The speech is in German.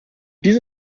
diese